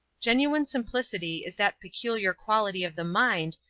genuine simplicity is that peculiar quality of the mind,